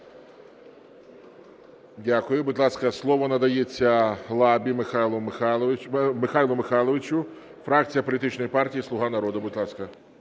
Дякую. Будь ласка, слово надається Лабі Михайлу Михайловичу, фракція політичної партії "Слуга народу". Будь ласка.